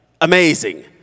amazing